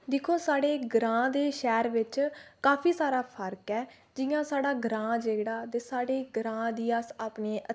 दिक्खो साढ़े ग्रांऽ ते शैह्र बिच काफी सारा फर्क ऐ जि'यां साढ़ा ग्रांऽ जेह्ड़ा ते साढ़ी ग्रांऽ दी अस अपने